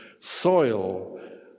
soil